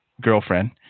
girlfriend